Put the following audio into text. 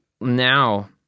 now